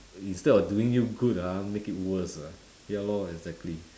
instead of doing you good ah make it worse ah ya lor exactly